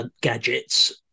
gadgets –